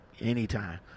Anytime